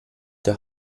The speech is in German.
der